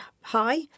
hi